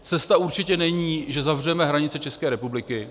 Cesta určitě není, že zavřeme hranice České republiky.